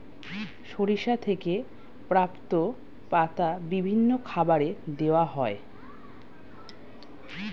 সরিষা থেকে প্রাপ্ত পাতা বিভিন্ন খাবারে দেওয়া হয়